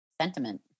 sentiment